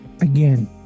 Again